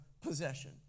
possession